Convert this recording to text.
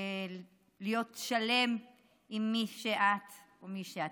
להיות שלם עם מי שאת או מי שאתה.